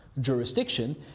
jurisdiction